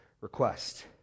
request